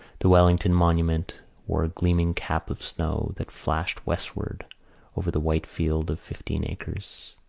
the wellington monument wore a gleaming cap of snow that flashed westward over the white field of fifteen acres.